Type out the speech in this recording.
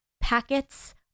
packets